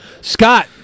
Scott